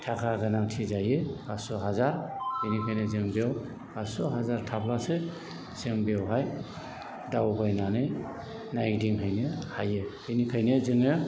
थाखा गोनांथि जायो पाचस' हाजार बेनिखायनो जों बेव पाचस' हाजार थाब्लासो जों बेवहाय दावबायनानै नायदिंहैनो हायो बेनिखायनो जोङो